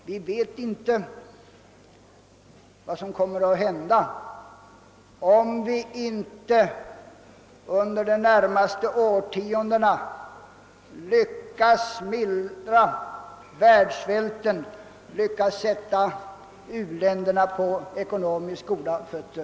Vi vet inte vad som händer, om vi misslyckas med att under de närmaste årtiondena mildra världssvälten och att ekonomiskt sätta u-länderna på fötter.